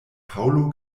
paŭlo